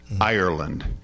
Ireland